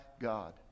God